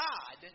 God